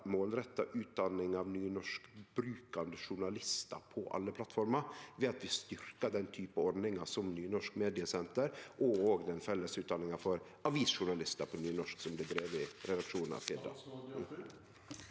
målretta utdanning av nynorskbrukande journalistar på alle plattformer, ved at vi styrkjer ordningar som Nynorsk mediesenter i tillegg til den felles utdanninga for avisjournalistar på nynorsk som blir driven i redaksjonen i Firda?